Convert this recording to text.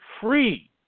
free